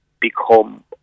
become